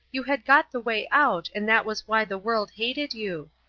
you had got the way out and that was why the world hated you.